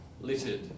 littered